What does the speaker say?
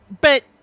But-